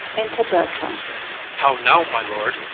enter bertram how now, my lord,